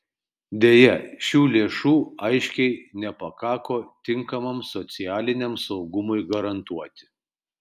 deja šių lėšų aiškiai nepakako tinkamam socialiniam saugumui garantuoti